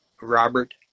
Robert